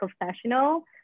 professional